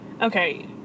Okay